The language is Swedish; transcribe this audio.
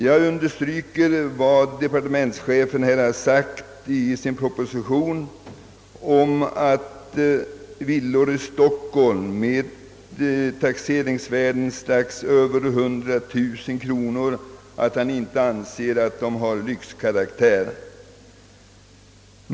Jag vill understryka departementsehefens uttalande i propositionen, att villor i Stockholm med taxeringsvärden strax över 100 000 kronor inte har lyxkaraktär.